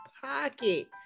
pocket